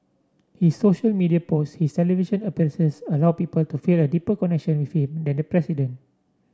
his social media posts his television appearances allow people to feel a deeper connection with him than the president